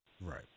Right